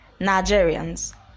nigerians